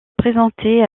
présenter